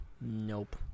Nope